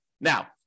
Now